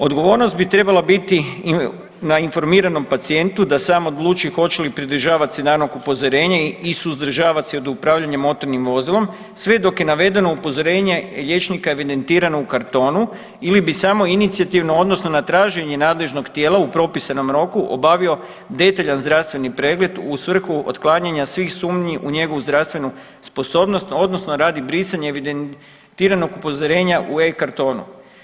Odgovornost bi trebala biti i na informiranom pacijentu da sam odluči hoće li pridržavat se navedenog upozorenja i suzdržavat se od upravljanja motornim vozilom sve dok je navedeno upozorenje liječnika evidentirano u kartonu ili bi samoinicijativno, odnosno na traženje nadležnog tijela u propisanom roku obavio detaljan zdravstveni pregled u svrhu otklanjanja svih sumnji u njegovu zdravstvenu sposobnost odnosno radi brisanja evidentiranog upozorenja u e-kartonu.